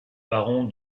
baron